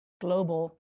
global